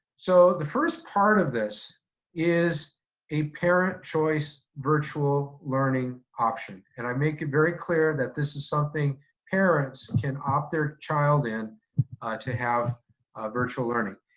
so the first part of this is a parent choice virtual learning option. and i make it very clear that this is something parents can opt their child in to have virtual learning.